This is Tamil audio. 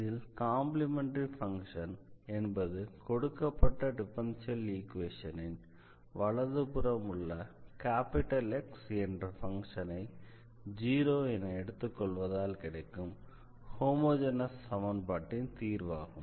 இதில் காம்ப்ளிமெண்டரி ஃபங்ஷன் என்பது கொடுக்கப்பட்ட டிஃபரன்ஷியல் ஈக்வேஷனின் வலதுபுறம் உள்ள X என்ற ஃபங்ஷனை 0 என எடுத்துக்கொள்வதால் கிடைக்கும் ஹோமோஜெனஸ் சமன்பாட்டின் தீர்வாகும்